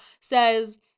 says